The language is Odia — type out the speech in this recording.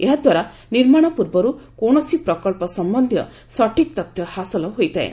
ଏହାଦ୍ୱାରା ନିର୍ମାଣ ପୂର୍ବରୁ କୌଣସି ପ୍ରକନ୍ଧ ସମ୍ବନ୍ଧୀୟ ସଠିକ୍ ତଥ୍ୟ ହାସଲ ହୋଇଥାଏ